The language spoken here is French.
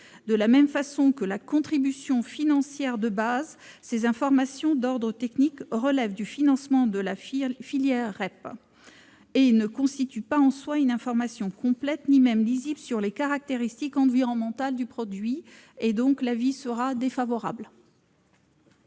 De la même façon que la contribution financière de base, ces informations d'ordre technique relèvent du financement de la filière REP et ne constituent pas en soi une information complète ni même lisible sur les caractéristiques environnementales du produit. L'avis est donc défavorable